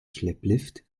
schlepplift